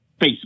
Facebook